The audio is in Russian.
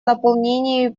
наполнении